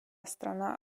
страна